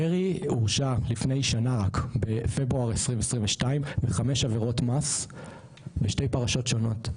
דרעי הורשע לפני שנה רק בפברואר 2022 בחמש עבירות מס בשתי פרשות שונות,